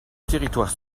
territoire